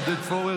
עודד פורר,